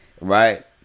Right